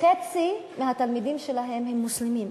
חצי מהתלמידים שלהם הם מוסלמים.